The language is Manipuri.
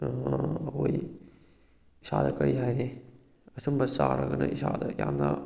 ꯑꯣꯏ ꯏꯁꯥꯗ ꯀꯔꯤ ꯍꯥꯏꯅꯤ ꯑꯁꯨꯝꯕ ꯆꯥꯔꯒꯅ ꯏꯁꯥꯗ ꯌꯥꯝꯅ